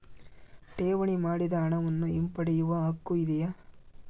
ಠೇವಣಿ ಮಾಡಿದ ಹಣವನ್ನು ಹಿಂಪಡೆಯವ ಹಕ್ಕು ಇದೆಯಾ?